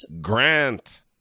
Grant